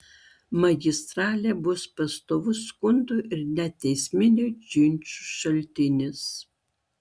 magistralė bus pastovus skundų ir net teisminių ginčų šaltinis